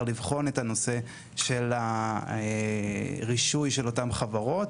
לבחון את הנושא של הרישוי של אותן חברות,